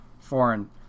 foreign